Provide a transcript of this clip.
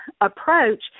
approach